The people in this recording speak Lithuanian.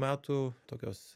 metų tokios